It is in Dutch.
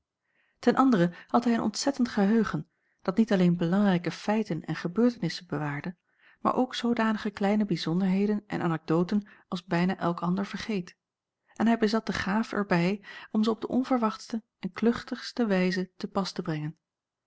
ten andere had hij een ontzettend geheugen dat niet alleen belangrijke feiten en gebeurtenissen bewaarde maar ook zoodanige kleine bijzonderheden en anekdoten als bijna elk ander vergeet jacob van ennep laasje evenster en hij bezat de gaaf er bij om ze op de onverwachtste en kluchtigste wijze te pas te brengen